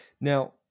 Now